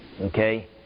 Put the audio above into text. Okay